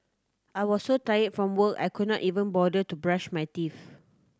I was so tired from work I could not even bother to brush my teeth